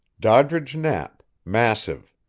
doddridge knapp, massive,